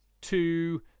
two